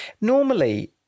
Normally